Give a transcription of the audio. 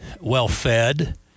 well-fed